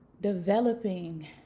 developing